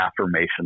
affirmation